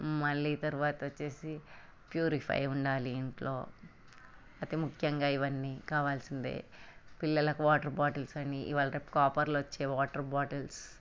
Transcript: మళ్ళీ తర్వాత వచ్చేసి ప్యూరిఫై ఉండాలి ఇంట్లో అతి ముఖ్యంగా ఇవన్ని కావలసిందే పిల్లలకి వాటర్ బాటిల్స్ అని ఇవాళ్ళ కాపర్లొచ్చాయి వాటర్ బాటిల్సు